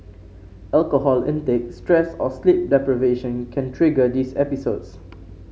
alcohol intake stress or sleep deprivation can trigger these episodes